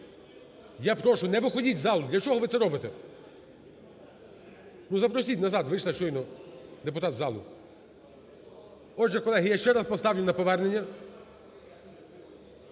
я прошу, не виходіть з залу, для чого ви це робите? Запросіть назад, вийшла щойно депутат з залу. Отже, колеги, я ще раз поставлю на повернення.